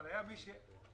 אבל היה מי שהיה